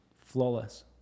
Flawless